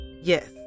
Yes